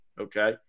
Okay